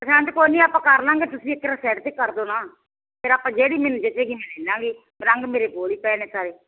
ਰੰਗ ਕੋਈ ਨਾ ਆਪਾਂ ਕਰ ਲਾਂਗੇ ਤੁਸੀਂ ਇੱਕ ਸਾਈਡ 'ਤੇ ਕਰ ਦਿਓ ਨਾ ਫਿਰ ਆਪਾਂ ਜਿਹੜੀ ਮੈਨੂੰ ਜਚੇਗੀ ਮੈਂ ਲੈ ਲਵਾਂਗੇ ਰੰਗ ਮੇਰੇ ਕੋਲ ਹੀ ਪਏ ਨੇ ਸਾਰੇ